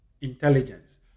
intelligence